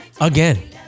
again